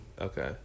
Okay